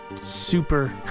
super